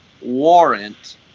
warrant